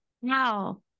Wow